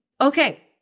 Okay